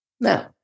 Now